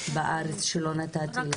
בארץ שעוד לא נתתי לה לדבר.